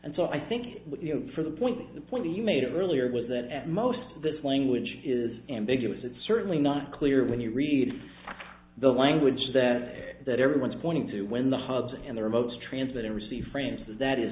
and so i think for the point the point you made earlier was that at most this language is ambiguous it's certainly not clear when you read the language that that everyone is pointing to when the hubs and the remotes transmit and receive francis that is